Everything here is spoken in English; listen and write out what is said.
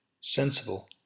sensible